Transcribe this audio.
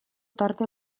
tarte